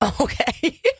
Okay